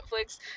Netflix